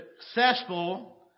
successful